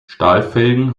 stahlfelgen